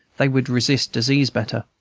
they would resist disease better.